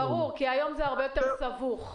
ברור, היום זה הרבה יותר סבוך.